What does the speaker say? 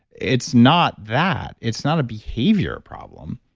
it's not that. it's not a behavior problem.